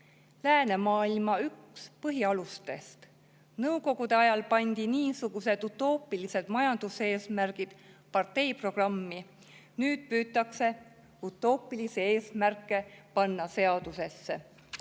läänemaailma üks põhialustest. Nõukogude ajal pandi niisugused utoopilised majanduseesmärgid partei programmi, nüüd püütakse utoopilisi eesmärke panna seadusesse.